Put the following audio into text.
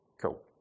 Cool